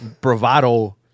bravado